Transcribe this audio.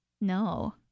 No